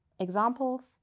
Examples